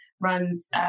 runs